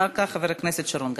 אחר כך חבר הכנסת שרון גל.